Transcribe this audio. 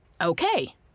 Okay